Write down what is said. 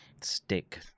stick